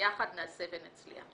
ביחד נעשה ונצליח.